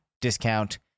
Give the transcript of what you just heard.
discount